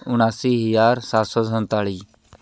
ਉਨਾਸੀ ਹਜ਼ਾਰ ਸੱਤ ਸੌ ਸੰਤਾਲੀ